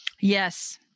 Yes